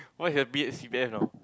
why happy at C_P_F now